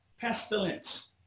pestilence